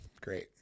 Great